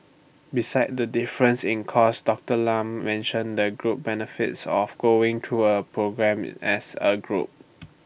besides the difference in cost Doctor Lam mentioned the group benefits of going through A programme as A group